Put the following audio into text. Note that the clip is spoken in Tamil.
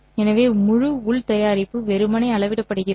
எனவே முழு உள் தயாரிப்பு வெறுமனே அளவிடப்படுகிறது